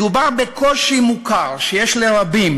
מדובר בקושי מוכר שיש לרבים,